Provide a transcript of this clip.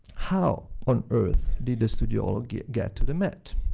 how on earth did the studiolo get get to the met?